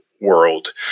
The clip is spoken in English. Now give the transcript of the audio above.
world